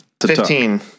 Fifteen